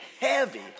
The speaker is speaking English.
heavy